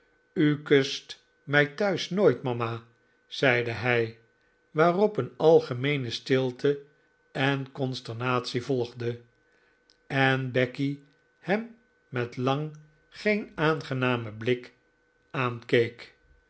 u kust mij thuis nooit mama zeide hij waarop een algemeene stilte en consternatie volgde en becky hem met lang geen aangenamen blik aankeek